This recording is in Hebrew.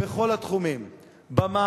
בכל התחומים במים,